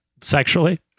Sexually